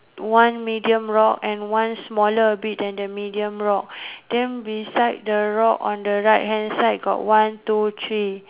one medium rock and one smaller at it than the medium rock then beside the rock on the right hand side got one two three